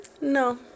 no